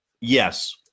Yes